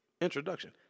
Introduction